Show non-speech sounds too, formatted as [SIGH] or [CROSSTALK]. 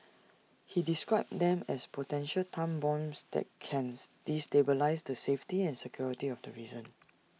[NOISE] he described them as potential time bombs that cans destabilise the safety and security of the reason